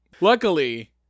Luckily